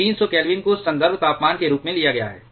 300 kelvin को संदर्भ तापमान के रूप में लिया गया है